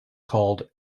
called